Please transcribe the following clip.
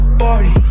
party